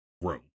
room